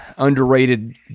underrated